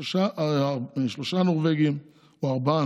שלושה נורבגים או ארבעה,